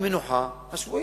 המנוחה השבועי.